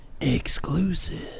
Exclusive